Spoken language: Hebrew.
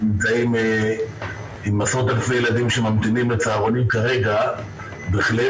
בעיקרון, שמענו את הבעיה